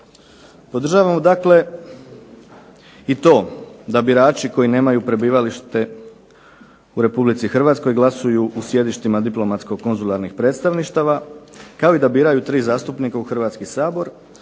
Podržavamo dakle i to da birači koji nemaju prebivalište u Republici Hrvatskoj glasuju u sjedištima diplomatsko-konzularnih predstavništava, kao i da biraju tri zastupnika u Hrvatski sabor